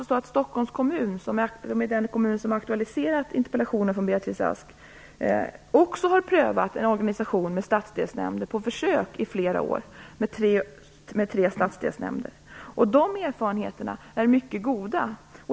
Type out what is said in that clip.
Stockholms kommun, som är den kommun som aktualiserats i interpellationen från Beatrice Ask, har också prövat en organisation med stadsdelsnämnder på försök i flera med tre stadsdelsnämnder. De erfarenheterna är mycket goda.